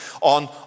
on